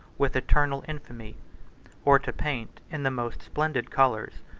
with eternal infamy or to paint, in the most splendid colors,